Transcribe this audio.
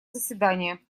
заседание